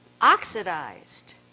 oxidized